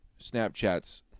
Snapchats